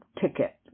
ticket